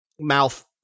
mouth